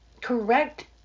correct